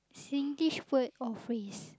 Singlish word or phrase